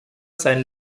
sein